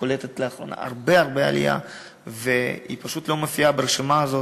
שקולטת לאחרונה הרבה הרבה עולים והיא פשוט לא מופיעה ברשימה הזאת,